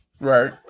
Right